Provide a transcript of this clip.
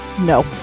No